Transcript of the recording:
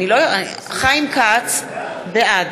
בעד